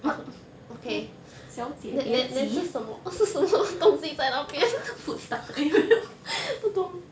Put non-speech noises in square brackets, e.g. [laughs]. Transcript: mark 小姐别急 [laughs] food stuck !aiyo!